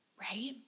Right